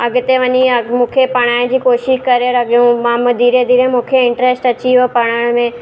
अॻिते वञी मूंखे पढ़ाइण जी कोशिशि करे लॻियूं मां धीरे धीरे मूंखे इंट्र्स्ट अची वियो पढ़ण में